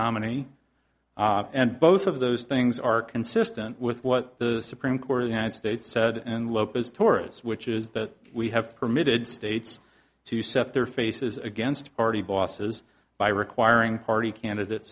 nominee and both of those things are consistent with what the supreme court of the united states said and lopez towards which is that we have permitted states to set their faces against already bosses by requiring party candidate